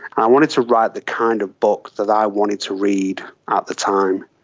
i wanted to write the kind of book that i wanted to read at the time